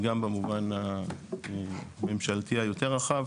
גם במובן הממשלתי היותר רחב,